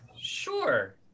Sure